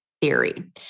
theory